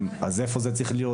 איפה זה צריך להיות?